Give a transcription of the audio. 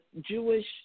Jewish